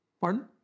Pardon